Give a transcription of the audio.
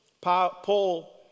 Paul